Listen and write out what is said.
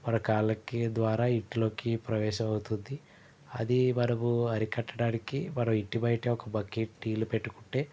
మన కాళ్ళకి ద్వారా ఇంటిలోకి ప్రవేశమవుతుంది అది మనము అరికట్టడానికి మన ఇంటి బయట ఒక బక్కెట్ నీళ్లు పెట్టుకుంటే